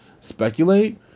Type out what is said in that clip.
speculate